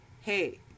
hey